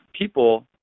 people